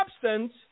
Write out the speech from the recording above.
substance